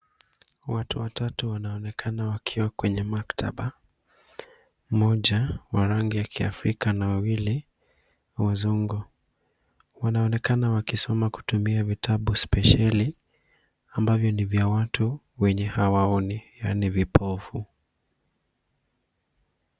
Watu watatu wanaonekana wakiwa kwenye maktaba, mmoja wa rangi ya kiafrika na wawili wazungu. Wanaonekana wakisoma kutumia vitabu spesheli ambavyo ni vya watu wenye hawaoni, iyo ni vipofu.